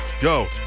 go